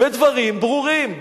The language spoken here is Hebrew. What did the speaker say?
בדברים ברורים.